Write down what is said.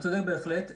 אתה צודק בהחלט.